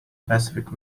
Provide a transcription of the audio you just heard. pacific